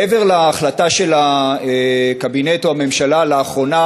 מעבר להחלטה של הקבינט או הממשלה לאחרונה